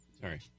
Sorry